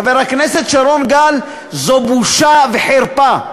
חבר הכנסת שרון גל, זו בושה וחרפה.